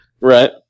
Right